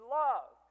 love